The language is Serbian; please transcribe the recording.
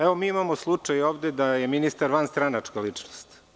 Evo, mi imamo slučaj ovde da je ministar vanstranačka ličnost.